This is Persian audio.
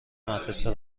مدرسه